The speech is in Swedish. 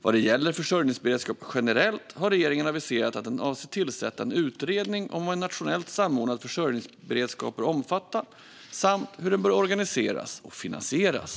Vad gäller försörjningsberedskap generellt har regeringen aviserat att den avser att tillsätta en utredning om vad en nationellt samordnad försörjningsberedskap bör omfatta samt hur den bör organiseras och finansieras.